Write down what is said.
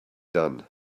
done